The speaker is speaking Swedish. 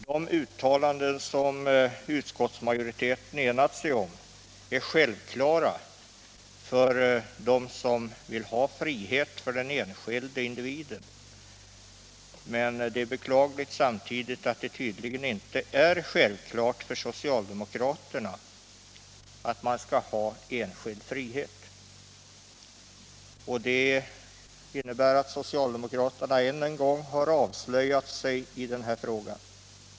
De uttalanden som utskottsmåjoriteten har enat sig om är självklara för dem som vill ha frihet för den enskilda individen, och det är beklagligt att det tydligen inte är självklart för socialdemokraterna att man skall ha enskild frihet. Det innebär att socialdemokraterna än en gång har avslöjat sig i den här frågan.